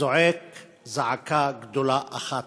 זועק זעקה גדולה אחת: